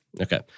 Okay